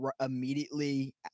immediately